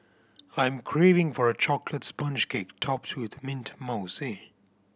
I'm craving for a chocolate sponge cake topped with mint mousse